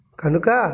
kanuka